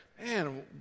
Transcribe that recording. man